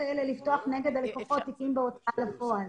כאלה לפתוח נגד הלקוחות תיקים בהוצאה לפועל.